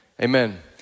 Amen